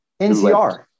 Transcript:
NCR